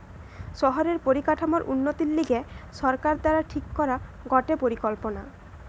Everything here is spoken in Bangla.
শহরের পরিকাঠামোর উন্নতির লিগে সরকার দ্বারা ঠিক করা গটে পরিকল্পনা